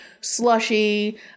Slushy